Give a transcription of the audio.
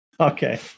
okay